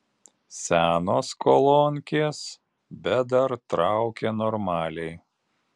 senos kolonkės bet dar traukia normaliai